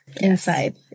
inside